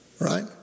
right